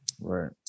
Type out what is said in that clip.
right